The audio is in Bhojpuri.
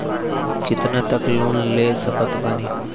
कितना तक लोन ले सकत बानी?